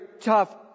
tough